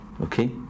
okay